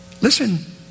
Listen